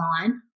on